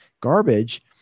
garbage